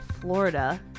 Florida